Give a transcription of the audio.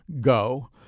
Go